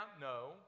No